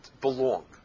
belong